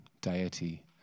deity